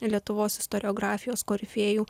lietuvos istoriografijos korifėjų